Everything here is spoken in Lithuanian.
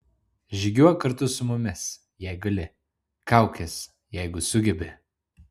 žygiuok kartu su mumis jei gali kaukis jeigu sugebi